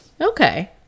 okay